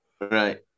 Right